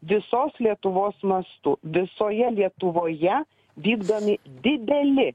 visos lietuvos mastu visoje lietuvoje vykdomi dideli